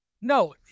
No